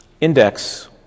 index